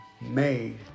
made